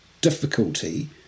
difficulty